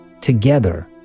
Together